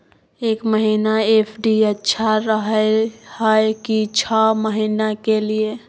एक महीना एफ.डी अच्छा रहय हय की छः महीना के लिए?